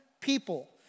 people